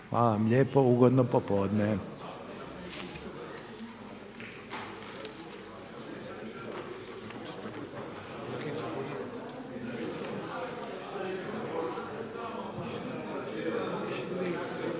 lijepo, ugodno popodne.